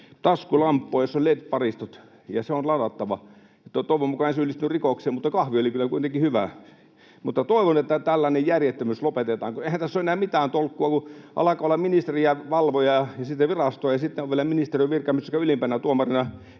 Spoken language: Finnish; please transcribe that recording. taskulamppua, jossa on led-paristot ja joka on ladattava. Toivon mukaan en syyllistynyt rikokseen, mutta kahvi oli kyllä kuitenkin hyvää. Toivon, että tällainen järjettömyys lopetetaan, kun eihän tässä ole enää mitään tolkkua, kun alkaa olla ministeriä, valvojaa ja virastoa ja sitten on vielä ministeriön virkamies, joka ylimpänä tuomarina